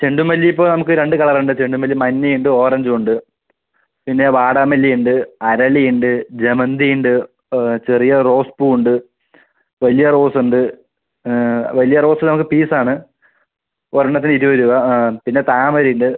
ചെണ്ടുമല്ലി ഇപ്പം നമുക്ക് രണ്ട് കളർ ഉണ്ട് ചെണ്ടുമല്ലി മഞ്ഞ ഉണ്ട് ഓറഞ്ചും ഉണ്ട് പിന്നെ വാടാമല്ലി ഉണ്ട് അരളി ഉണ്ട് ജമന്തി ഉണ്ട് റോസ് ഉണ്ട് വലിയ റോസ് അത് പീസ് ആണ് ഒരെണ്ണത്തിന് ഇരുപത് രൂപ ആ പിന്നെ താമര ഉണ്ട്